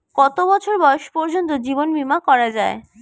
কত বছর বয়স পর্জন্ত জীবন বিমা করা য়ায়?